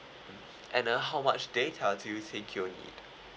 and uh how much data do you think you will need